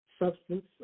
Substance